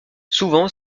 souvent